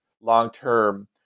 long-term